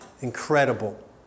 Incredible